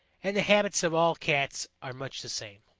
and the habits of all cats are much the same.